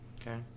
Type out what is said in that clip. Okay